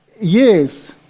yes